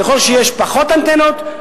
ככל שיש פחות אנטנות,